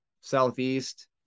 southeast